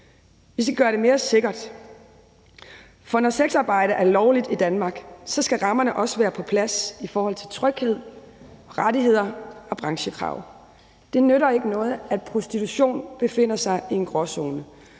Vi skal gøre det mere sikkert, for når sexarbejde er lovligt i Danmark, skal rammerne også være på plads i forhold til tryghed, rettigheder og branchekrav. Det nytter ikke noget, at prostitution befinder sig i en gråzone,